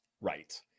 Right